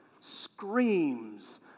screams